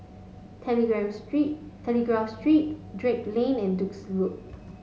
street Telegraph Street Drake Lane and Duke's Road